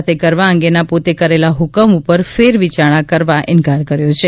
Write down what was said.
સાથે કરવા અંગેના પોતે કરેલા હુકમ ઉપર ફેરવિચાર કરવા ઈન્કાર કર્યો છે